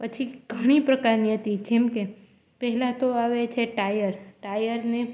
પછી ઘણી પ્રકારની હતી જેમ કે પહેલાં તો આવે છે ટાયર ટાયર ને